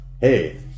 hey